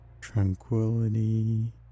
tranquility